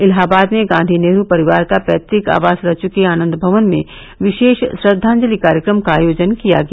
इलाहाबाद में गांधी नेहरू परिवार का पैतुक आवास रह चुके आनन्द भवन में विशेष श्रद्वांजलि कार्यक्रम का आयोजन किया गया